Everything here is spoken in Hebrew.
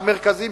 המרכזיים,